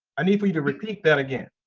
i need for you to repeat that again.